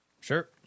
Sure